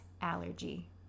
allergy